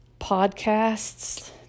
podcasts